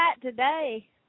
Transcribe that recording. today